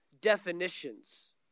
definitions